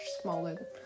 smaller